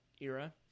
era